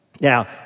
Now